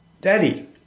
daddy